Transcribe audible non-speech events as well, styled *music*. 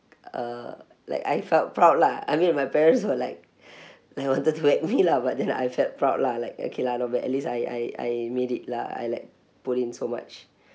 uh like I felt proud lah I mean my parents were like *breath* they wanted to whack me lah but then like I felt proud lah like okay lah not bad at least I I I made it lah I like put in so much *breath*